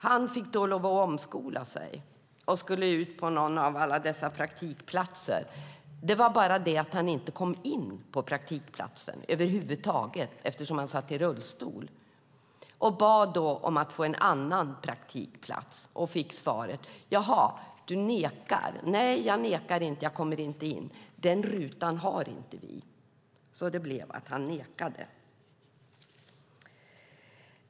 Han blev tvungen att omskola sig och skulle ut på en praktikplats. Det var bara det att han inte kom in på praktikplatsen eftersom han satt i rullstol. Han bad att få en annan praktikplats. Han fick då svaret: Jaså, du nekar. Nej, jag nekar inte; jag kommer inte in. Den rutan har vi inte, fick han höra. Det hette alltså att han nekade.